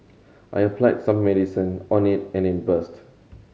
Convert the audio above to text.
I applied some medicine on it and it burst